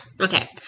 Okay